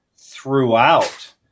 throughout